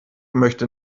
möchte